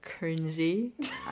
cringy